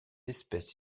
espèce